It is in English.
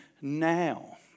now